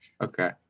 Okay